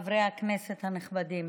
וחברי הכנסת הנכבדים,